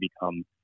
become